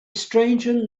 stranger